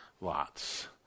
lots